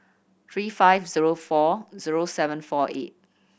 three five zero four zero seven four eight